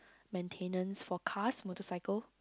maintenance forecast motorcycle